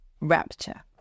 rapture